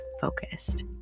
focused